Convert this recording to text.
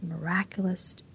miraculous